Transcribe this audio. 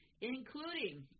including